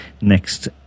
next